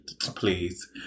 please